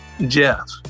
Jeff